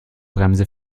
bremse